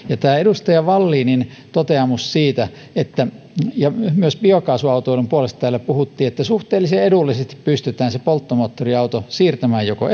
ja tämä edustaja wallinin toteamus siitä ja myös biokaasuautoilun puolesta täällä puhuttiin että suhteellisen edullisesti pystytään polttomoottoriauto siirtämään joko